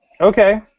Okay